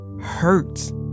hurts